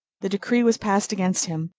the decree was passed against him,